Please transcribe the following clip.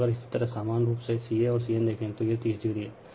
और अगर इसी तरह समान रूप से ca और cn देखें तो यह 30o है